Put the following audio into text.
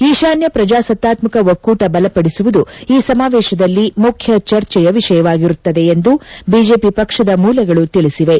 ಈಶಾನ್ಯ ಪ್ರಜಾಸತ್ತಾತ್ಮಕ ಒಕ್ಕೂಟ ಬಲಪಡಿಸುವುದು ಈ ಸಮಾವೇಶದಲ್ಲಿ ಮುಖ್ಯ ಚರ್ಚೆಯ ವಿಷಯವಾಗಿರುತ್ತದೆ ಎಂದು ಬಿಜೆಪಿ ಪಕ್ಷದ ಮೂಲಗಳು ತಿಳಿಸಿವೆ